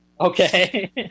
Okay